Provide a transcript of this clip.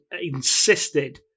insisted